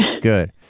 Good